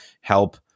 help